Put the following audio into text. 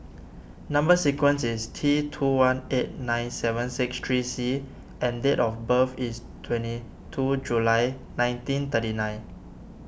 Number Sequence is T two one eight nine seven six three C and date of birth is twenty two July nineteen thirty nine